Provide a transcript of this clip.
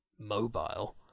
mobile